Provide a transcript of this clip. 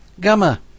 Gamma